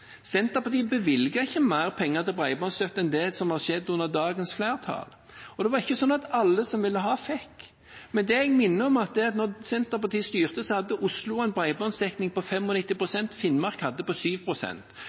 Senterpartiet bevilget ikke mer penger til bredbåndsstøtte enn det som har skjedd under dagens flertall. Det var ikke slik at alle som ville ha, fikk. Men jeg minner om at da Senterpartiet styrte, hadde Oslo en bredbåndsdekning på 95 pst., og Finnmark hadde 7 pst. Da representanten Arnstad selv var samferdselsminister, var hun med på